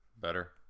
Better